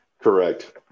correct